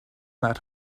that